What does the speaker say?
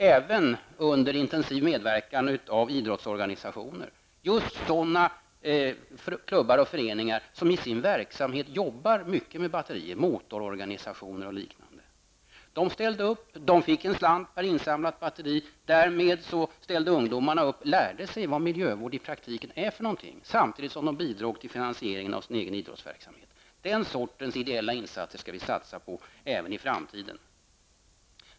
Ibland har insamlingarna skett med intensiv medverkan av idrottsorganisationer. Det har varit just sådana klubbar och föreningar som i sin verksamhet arbetar mycket med batterier, dvs. motororganisationer och liknande. De har ställt upp, och de har fått en slant för varje insamlat batteri. Ungdomarna deltog i insamlingen och lärde sig vad miljövård i praktiken är för någonting, samtidigt som de bidrog till finansieringen av sin egen idrottsverksamhet. Den sortens ideella insatser skall vi satsa på även i framtiden.